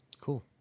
cool